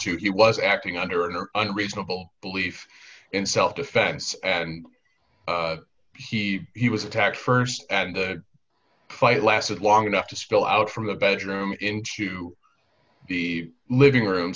to he was acting under an unreasonable belief in self defense and he he was attacked st and the fight lasted long enough to spill out from the bedroom into the living room